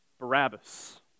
Barabbas